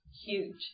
Huge